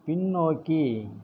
பின்னோக்கி